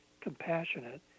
compassionate